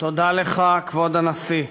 תודה לך, כבוד הנשיא,